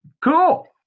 cool